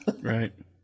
Right